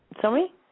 Sorry